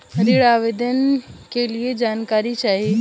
ऋण आवेदन के लिए जानकारी चाही?